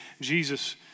Jesus